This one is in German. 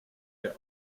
der